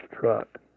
truck